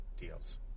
deals